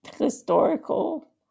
historical